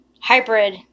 hybrid